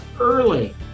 early